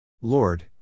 Lord